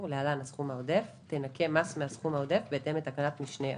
(להלן הסכום העודף) תנכה מס מהסכום העודף בהתאם לתקנת משנה (א).